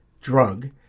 drug